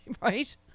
right